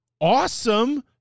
awesome